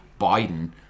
biden